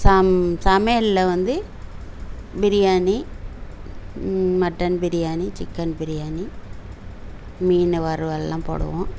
some சமையலில் வந்து biryani mutton biryani chicken biryani மீன் வறுவலெலாம் போடுவோம்